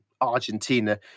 Argentina